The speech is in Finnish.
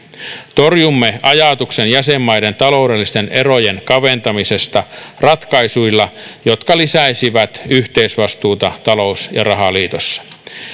torjumme ajatuksen jäsenmaiden taloudellisten erojen kaventamisesta ratkaisuilla jotka lisäisivät yhteisvastuuta talous ja rahaliitossa